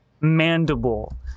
mandible